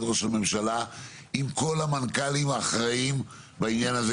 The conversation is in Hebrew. ראש הממשלה עם כל המנכ"לים האחראיים בעניין הזה.